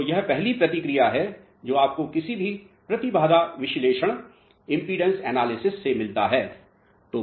तो यह पहली प्रतिक्रिया है जो आपको किसी भी प्रतिबाधा विश्लेषण से मिलता है